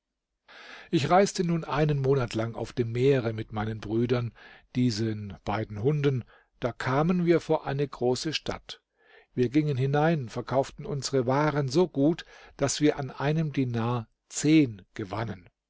ich reiste nun einen monat lang auf dem meere mit meinen brüdern diesen beiden hunden da kamen wir vor eine große stadt wir gingen hinein verkauften unsere waren so gut daß wir an einem dinar zehn gewannen